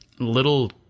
little